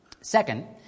Second